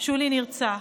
שולי נרצח.